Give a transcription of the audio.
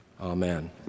Amen